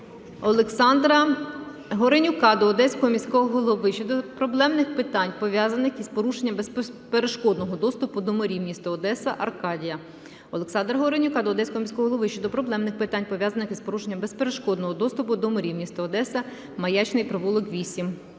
Олександра Горенюка до Одеського міського голови щодо проблемних питань, пов'язаних із порушенням безперешкодного доступу до моря (місто Одеса, "Аркадія"). Олександра Горенюка до Одеського міського голови щодо проблемних питань, пов'язаних із порушенням безперешкодного доступу до моря (місто Одеса, Маячний провулок, 8).